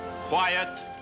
quiet